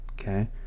okay